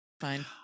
Fine